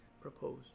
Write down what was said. propose